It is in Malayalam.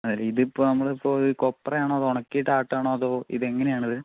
അതെയല്ലേ ഇതിപ്പോൾ നമ്മളിപ്പോൾ ഇത് കൊപ്രയാണോ അതോ ഉണക്കിയിട്ട് ആട്ടുകയാണോ അതോ ഇത് എങ്ങനെയാണ് ഇത്